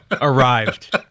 arrived